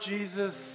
Jesus